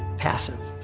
passive.